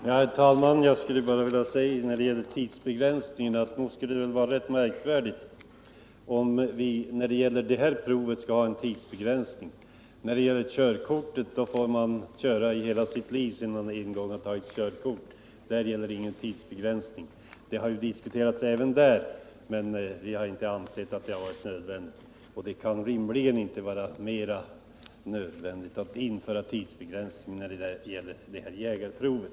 Herr talman! Nog skulle det vara rätt märkligt om vi för det här provet hade en tidsbegränsning, när någon sådan inte gäller för körkortet. Sedan man en gång tagit körkort får man ju köra hela sitt liv. Frågan om tidsbegränsning har diskuterats i samband med körkortet, men vi har inte ansett att en tidsbegränsning varit nödvändig, och det kan rimligen inte vara mera nödvändigt att införa en sådan när det gäller det här jägarprovet.